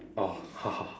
oh